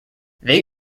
they